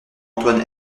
antoine